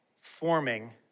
forming